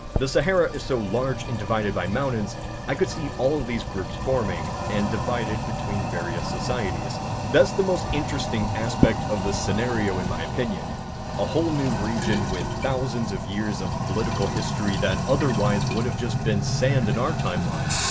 the sahara is so large and divided by mountains i could see all of these groups forming and divided between various societies that's the most interesting aspect of the scenario in my opinion a whole new region with thousands of years of political history that otherwise would've just been sand in our timeline.